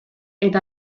eta